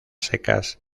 secas